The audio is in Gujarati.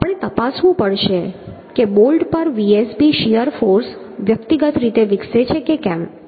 તેથી આપણે તપાસવું પડશે કે બોલ્ટ પર Vsb શીયર ફોર્સ વ્યક્તિગત રીતે વિકસે છે કે કેમ